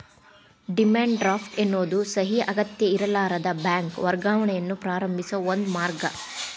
demand draft ಎನ್ನೋದು ಸಹಿ ಅಗತ್ಯಇರ್ಲಾರದ ಬ್ಯಾಂಕ್ ವರ್ಗಾವಣೆಯನ್ನ ಪ್ರಾರಂಭಿಸೋ ಒಂದ ಮಾರ್ಗ